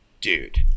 dude